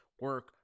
Work